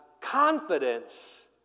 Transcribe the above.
confidence